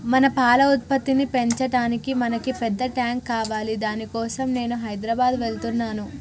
మన పాల ఉత్పత్తిని పెంచటానికి మనకి పెద్ద టాంక్ కావాలి దాని కోసం నేను హైదరాబాద్ వెళ్తున్నాను